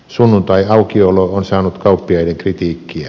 sunnuntaiaukiolo on saanut kauppiaiden kritiikkiä